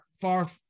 far